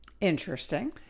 Interesting